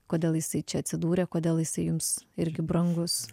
kodėl jisai čia atsidūrė kodėl jisai jums irgi brangus